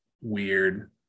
weird